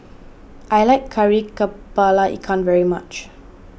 I like Kari Kepala Ikan very much